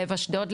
לב אשדוד,